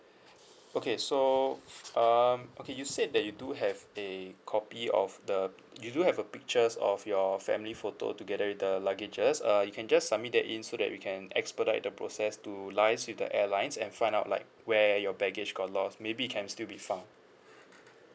okay so um okay you said that you do have a copy of the you do have a pictures of your family photo together with the luggages uh you can just submit that in so that we can expedite the process to liaise with the airlines and find out like where your baggage got lost maybe it can still be found